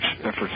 efforts